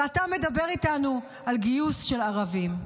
ואתה מדבר איתנו על גיוס של ערבים.